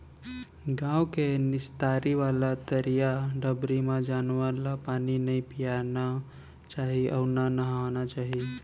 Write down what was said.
गॉँव के निस्तारी वाला तरिया डबरी म जानवर ल पानी नइ पियाना चाही अउ न नहवाना चाही